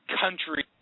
country